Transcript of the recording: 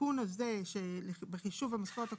התיקון הזה בחישוב המשכורת הקובעת,